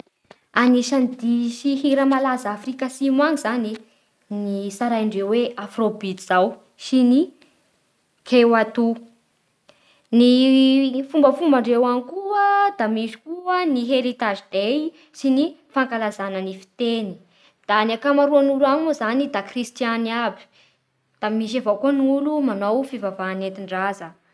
Anisan'ny hira malaza any Afrika Atsimo any zany ny tsaraindreo ho Afrobeat zao sy ny keoato Ny fombafombandreo any koa da misy koa heritage day na ny fankalazana ny fiteny. Da ny akamaroan'olo any moa zany da kristiany aby Da misy avao koa gne olo manao fivavaha nentin-draza